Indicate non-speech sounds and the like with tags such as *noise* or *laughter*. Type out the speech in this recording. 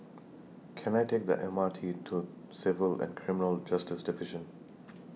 Can I Take The M R T to Civil and Criminal Justice Division *noise*